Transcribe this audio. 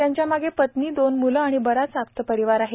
त्यांच्या मागे पत्नी दोन मूले आणि बऱ्याच आप्त परिवार आहे